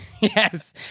Yes